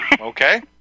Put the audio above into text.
okay